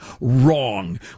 wrong